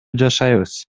жашайбыз